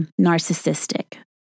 narcissistic